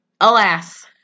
alas